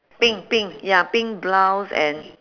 pink pink ya pink blouse and